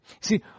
See